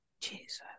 Jesus